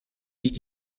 die